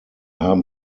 haben